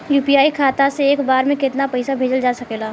UPI खाता से एक बार म केतना पईसा भेजल जा सकेला?